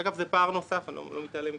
אגב, זה פער נוסף, אני לא מתעלם מכך.